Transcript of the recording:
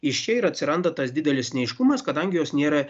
iš čia ir atsiranda tas didelis neaiškumas kadangi jos nėra